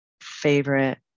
favorite